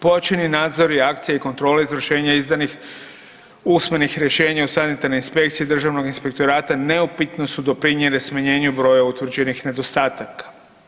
Pojačani nadzori, akcija i kontrole izvršenja izdanih usmenih rješenja u sanitarnoj inspekciji Državnog inspektorata neupitno su doprinijele smanjenju broja utvrđenih nedostataka.